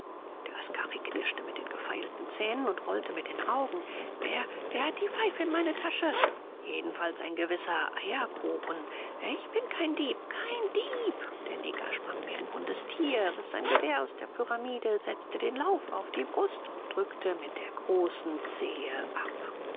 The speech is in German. der askari knirschte mit den gefeilten zähnen und rollte mit den augen wer wer hat die pfeife in meine tasche jedenfalls ein gewisser eierkuchen ich bin kein dieb kein dieb der neger sprang wie ein wundes tier riß sein gewehr aus der pyramide setzte den lauf auf die brust und drückte mit der großen zehe ab